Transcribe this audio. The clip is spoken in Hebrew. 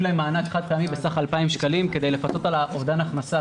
להם מענק חד-פעמי בסך 2,000 שקלים כדי לפצות על אובדן הכנסה.